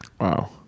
Wow